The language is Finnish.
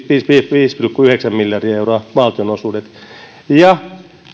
viisi pilkku yhdeksän miljardia euroa ja